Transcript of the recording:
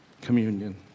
communion